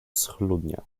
schludnie